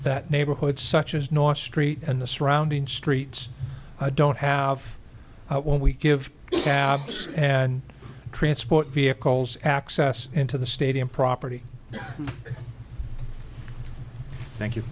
that neighborhoods such as north street and the surrounding streets i don't have when we give cabs and transport vehicles access into the stadium property thank you